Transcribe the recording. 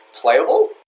playable